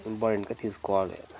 ఇంపార్టెంట్గా తీసుకోవాలి